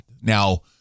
Now